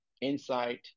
insight